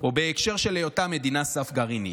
או בהקשר של היותה מדינת סף גרעינית?